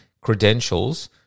credentials